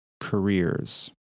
Careers